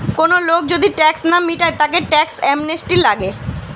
কোন লোক যদি ট্যাক্স না মিটায় তাকে ট্যাক্স অ্যামনেস্টি লাগে